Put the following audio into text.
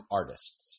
artists